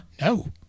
no